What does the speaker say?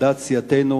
על דעת סיעתנו,